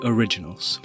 Originals